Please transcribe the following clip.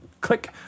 click-